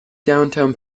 downtown